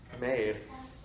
made